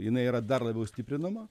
jinai yra dar labiau stiprinama